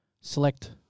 select